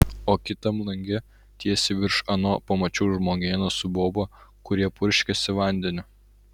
o kitam lange tiesiai virš ano pamačiau žmogėną su boba kurie purškėsi vandeniu